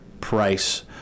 price